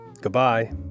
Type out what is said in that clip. Goodbye